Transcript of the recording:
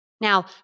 Now